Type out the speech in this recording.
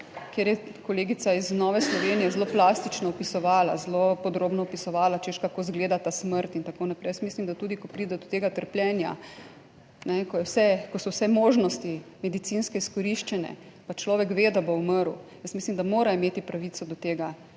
kjer je kolegica iz Nove Slovenije zelo plastično opisovala, zelo podrobno opisovala, češ, kako izgleda ta smrt in tako naprej. Jaz mislim, da tudi ko pride do tega trpljenja, ko je vse možnosti medicinske izkoriščene, pa človek ve, da bo umrl. Jaz mislim, da mora imeti pravico do tega,